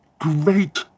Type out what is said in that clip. great